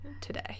today